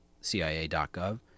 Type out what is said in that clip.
CIA.gov